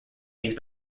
these